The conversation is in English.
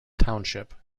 township